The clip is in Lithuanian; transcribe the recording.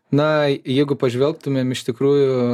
na jeigu pažvelgtumėm iš tikrųjų